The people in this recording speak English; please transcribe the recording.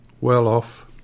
well-off